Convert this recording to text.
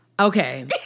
Okay